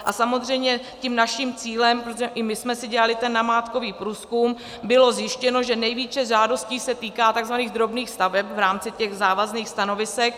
A samozřejmě tím naším cílem, protože i my jsme si dělali namátkový průzkum, bylo zjištěno, že nejvíce žádostí se týká tzv. drobných staveb v rámci závazných stanovisek.